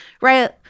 Right